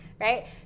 right